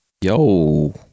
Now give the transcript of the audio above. Yo